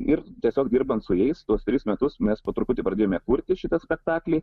ir tiesiog dirbant su jais tuos tris metus mes po truputį pradėjome kurti šitą spektaklį